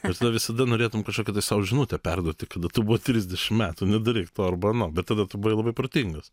ir tada visada norėtum kažkokią tai sau žinutę perduoti kada tu po trisdešimt metų nedaryk to arba ano bet tada tu buvai labai protingas